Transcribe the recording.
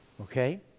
okay